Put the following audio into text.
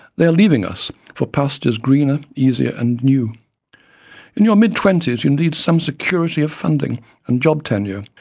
they are leaving us for pastures greener, easier and new. in your mid twenties, you need some security of funding and job tenure.